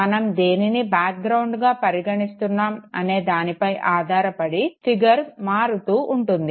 మనం దేనిని బ్యాక్ గ్రౌండ్గా పరిగనిస్తున్నాం అనే దానిపై ఆధారపడి ఫిగర్ మారుతూ ఉంటుంది